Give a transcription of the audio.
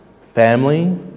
family